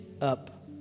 up